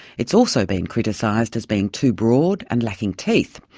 it's also been criticised as being too broad and lacking teeth,